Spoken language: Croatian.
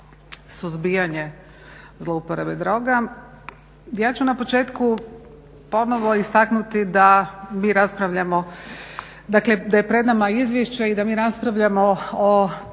suzbijanje zlouporabe droga. Ja ću na početku ponovo istaknuti da mi raspravljamo, dakle da je pred nama Izvješće i da mi raspravljamo o